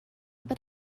but